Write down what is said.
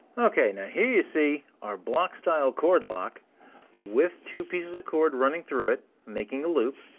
ok, now here you see our block-style cord lock with two pieces of cord running through it making a loop.